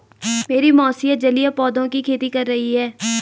मेरी मौसी जलीय पौधों की खेती कर रही हैं